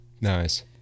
Nice